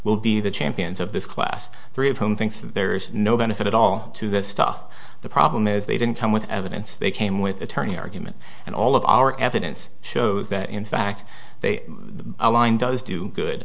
will be the champions of this class three of whom thinks that there's no benefit at all to this stuff the problem is they didn't come with evidence they came with attorney argument and all of our evidence shows that in fact they align does do good